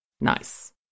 Nice